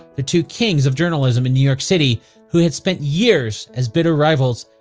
the two kings of journalism in new york city who had spent years as bitter rivals,